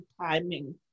timing